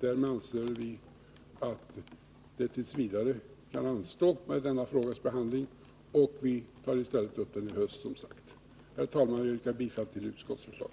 Därmed anser vi att det t. v. kan anstå med denna frågas behandling, och vi tar i stället upp den i höst som sagt. Herr talman! Jag yrkar bifall till utskottets förslag.